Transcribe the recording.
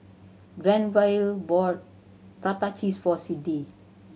Granville bought prata cheese for Siddie